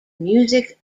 music